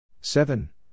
Seven